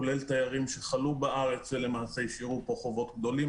כולל תיירים שחלו בארץ ולמעשה השאירו פה חובות גדולים.